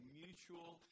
mutual